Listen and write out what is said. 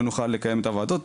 לא נוכל לקיים את הוועדות,